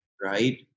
Right